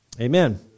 amen